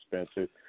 expensive